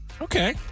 Okay